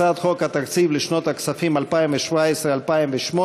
הצעת חוק התקציב לשנות התקציב 2017 ו-2018,